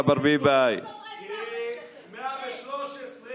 ראש אגף